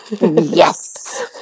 yes